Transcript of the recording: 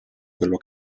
quello